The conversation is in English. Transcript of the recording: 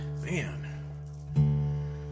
Man